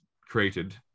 created